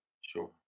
Sure